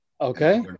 Okay